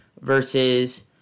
versus